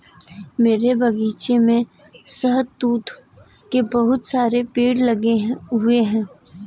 मेरे बगीचे में शहतूत के बहुत सारे पेड़ लगे हुए हैं